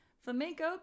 Flamenco